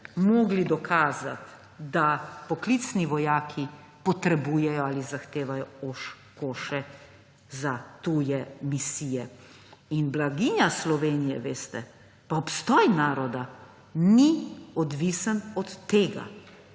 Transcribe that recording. mogli dokazati, da poklicni vojaki potrebujejo ali zahtevajo oshkoshe za tuje misije. Blaginja Slovenije pa obstoj naroda ni odvisen od tega